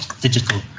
digital